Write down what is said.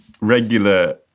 Regular